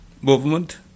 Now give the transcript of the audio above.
movement